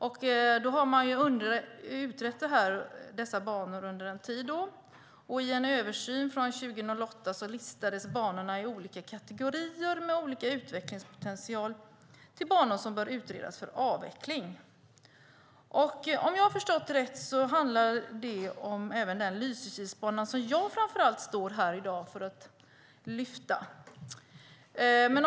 Man har alltså utrett dessa banor under en tid, och i en översyn från 2008 listades banorna i olika kategorier med olika utvecklingspotential till banor som bör utredas för avveckling. Om jag har förstått det rätt handlar det även om Lysekilsbanan, som jag framför allt står här i dag för att lyfta fram.